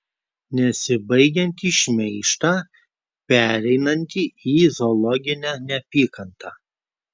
nesibaigiantį šmeižtą pereinantį į zoologinę neapykantą